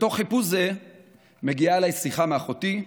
בתוך חיפוש זה מגיעה אליי שיחה מאחותי.